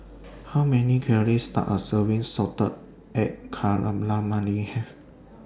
How Many Calories Does A Serving of Salted Egg Calamari Have